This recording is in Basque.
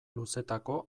luzetako